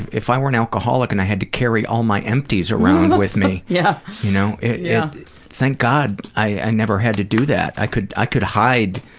if i were an alcoholic and i had to carry all my empties around with me, yeah you know yeah thank god i never had to do that! i could i could hide